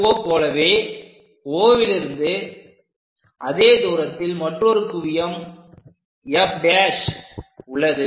FO போலவே O லிருந்து அதே தூரத்தில் மற்றொரு குவியம் F' உள்ளது